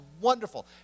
wonderful